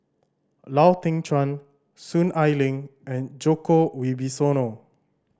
Lau Teng Chuan Soon Ai Ling and Djoko Wibisono